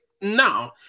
no